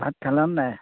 ভাত খালেনে নাই